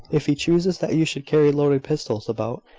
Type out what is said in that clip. if he chooses that you should carry loaded pistols about,